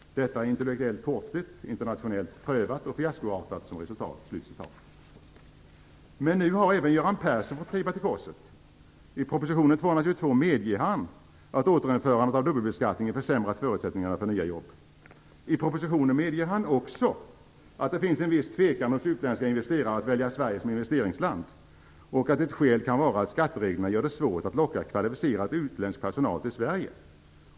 Detta är intellektuellt torftigt, internationellt prövat och fiaskoartat som resultat." Nu har även Göran Persson fått krypa till korset. I proposition 222 medger han att återinförandet av dubbelbeskattningen försämrat förutsättningarna för nya jobb. I propositionen medger han också att det finns en viss tvekan hos utländska investerare att välja Sverige som investeringsland och att ett skäl kan vara att skattereglerna gör det svårt att locka kvalificerad utländsk personal till Sverige.